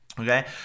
Okay